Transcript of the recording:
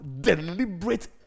deliberate